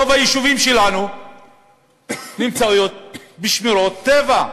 רוב היישובים שלנו נמצאים בשמורות טבע,